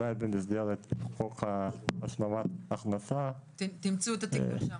ואולי במסגרת חוק השלמת הכנסה --- תמצאו את התיקון שם.